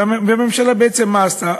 והממשלה, בעצם, מה עשתה?